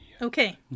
okay